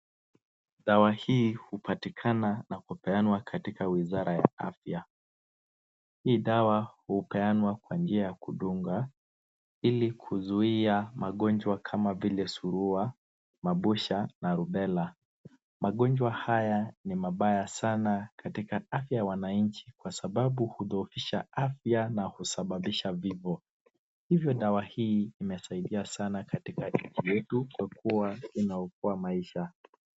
Dawa hii upatikana na kupeanwa katika wizara ya afya . Hii dawa upeendwa kwa minajili ya Ili kuzuia magojwa kama vile zurua mabushi na rubella. Magojwa haya ni mbaya sana katika afya ya wananchi kwa sababu hudoofisha afya na kusabanisha vifo . Hivyo dawa hii inasaidia katika nchi yetu kwa kuwa inaokoa maisha .